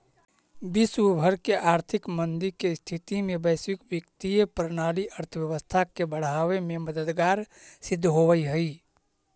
विश्व भर के आर्थिक मंदी के स्थिति में वैश्विक वित्तीय प्रणाली अर्थव्यवस्था के बढ़ावे में मददगार सिद्ध होवऽ हई